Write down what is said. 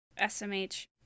SMH